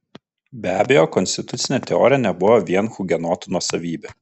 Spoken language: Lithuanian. be abejo konstitucinė teorija nebuvo vien hugenotų nuosavybė